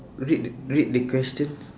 read the read the question